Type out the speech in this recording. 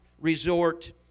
resort